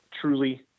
truly